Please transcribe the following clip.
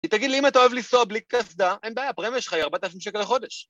היא תגיד לי אם את אוהב לנסוע בלי קסדה, אין בעיה, הפרמיה שלך היא 4,000 שקל בחודש.